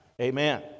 Amen